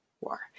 war